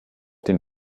den